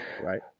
Right